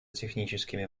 техническими